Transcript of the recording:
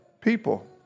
people